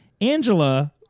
Angela